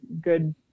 good